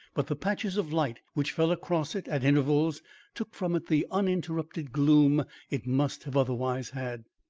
but the patches of light which fell across it at intervals took from it the uninterrupted gloom it must have otherwise had.